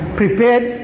prepared